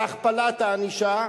להכפלת הענישה.